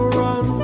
run